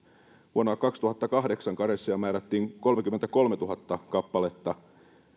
vuonna kaksituhattakahdeksan karenssia määrättiin kolmekymmentäkolmetuhatta kappaletta